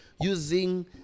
using